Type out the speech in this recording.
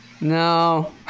No